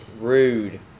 rude